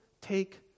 take